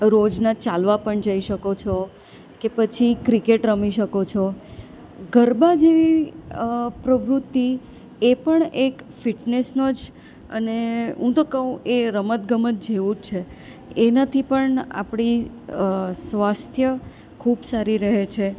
રોજના ચાલવા પણ જઇ શકો છો કે પછી ક્રિકેટ રમી શકો છો ગરબા જેવી પ્રવૃત્તિ એ પણ એક ફિટનેસનો જ અને હું તો કહું એ રમતગમત જેવો જ છે એનાથી પણ આપણી સ્વાસ્થ્ય ખૂબ સારી રહે છે